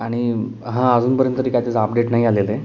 आणि हां अजूनपर्यंत तरी काय तेचं अपडेट नाही आलेलं आहे